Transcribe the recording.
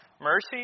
mercy